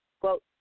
Quote